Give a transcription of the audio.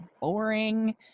boring